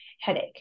headache